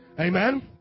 Amen